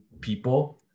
people